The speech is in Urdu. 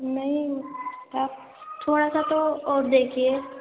نہیں آپ تھوڑا سا تو اور دیکھیے